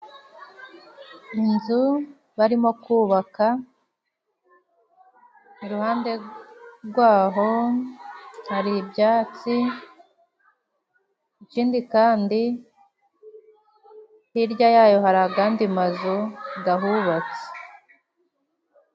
Inzu barimo kubaka, iruhande gwaho hari ibyatsi ikindi kandi hirya yayo hari agandi mazu gahubatse.